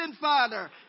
Father